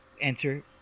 enter